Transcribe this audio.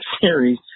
series